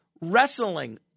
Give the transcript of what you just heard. wrestling